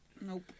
Nope